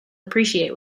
appreciate